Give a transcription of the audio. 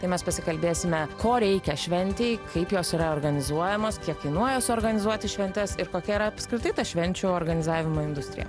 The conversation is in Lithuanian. tai mes pasikalbėsime ko reikia šventėj kaip jos yra organizuojamos kiek kainuoja suorganizuoti šventes ir kokia yra apskritai ta švenčių organizavimo industrija